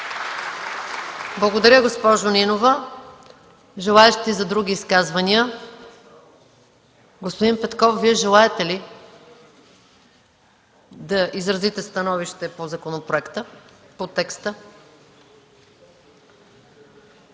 Благодаря, госпожо Нинова. Желаещи за други изказвания? Господин Петков, Вие желаете ли да изразите становище по текста от законопроекта?